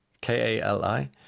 K-A-L-I